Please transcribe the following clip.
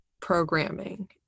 programming